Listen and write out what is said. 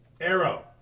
arrow